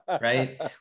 right